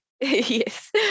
Yes